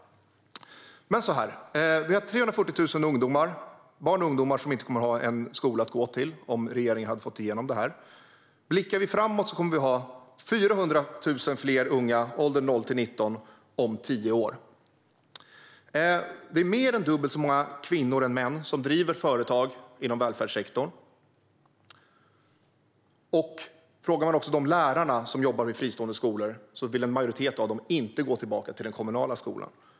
Vi har 340 000 barn och ungdomar som inte kommer att ha en skola att gå till om regeringen skulle få igenom det här. Blickar vi framåt kommer det att vara 400 000 fler unga i åldrarna 0-19 år om tio år. Det är mer än dubbelt så många kvinnor som män som driver företag inom välfärdssektorn. Frågar man lärarna som jobbar vid fristående skolor säger en majoritet av dem att de inte vill gå tillbaka till den kommunala skolan.